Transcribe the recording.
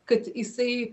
kad jisai